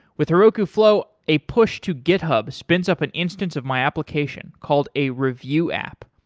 with heroku flow, a push to github spins up an instance of my application called a review app.